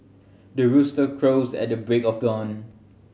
the rooster crows at the break of dawn